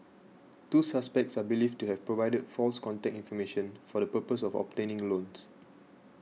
two suspects are believed to have provided false contact information for the purpose of obtaining loans